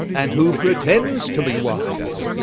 and who pretends to be wise,